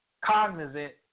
cognizant